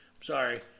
sorry